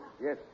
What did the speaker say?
Yes